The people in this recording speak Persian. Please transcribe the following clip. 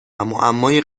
معمای